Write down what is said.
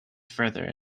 further